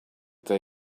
they